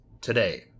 today